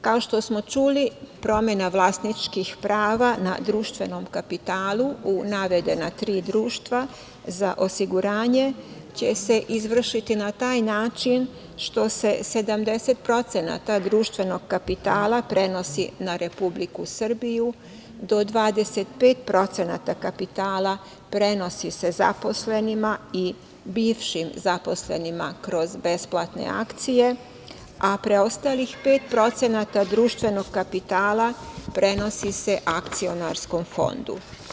Kao što smo čuli promena vlasničkih prava na društvenom kapitalu u navedena tri društva za osiguranje će se izvršiti na taj način što se 70% društvenog kapitala prenosi na Republiku Srbiju, do 25% kapitala prenosi se zaposlenima i bivšim zaposlenima kroz besplatne akcije, a preostalih 5% društvenog kapitala prenosi se akcionarskom fondu.